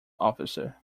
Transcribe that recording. officer